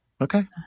Okay